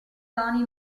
tony